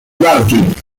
martin